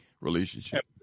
relationship